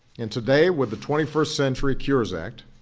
and today, with the twenty first century cures act,